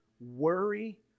worry